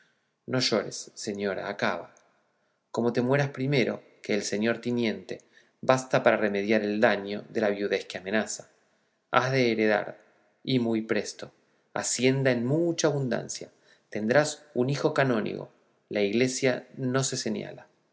no llores señora acaba como te mueras primero que el señor tiniente basta para remediar el daño de la viudez que amenaza has de heredar y muy presto hacienda en mucha abundancia tendrás un hijo canónigo la iglesia no se señala